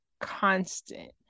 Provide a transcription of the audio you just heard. constant